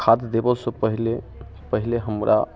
खाद देबऽसँ पहिले पहिले हमरा